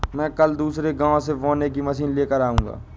मैं कल दूसरे गांव से बोने की मशीन लेकर आऊंगा